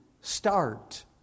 start